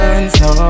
no